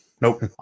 nope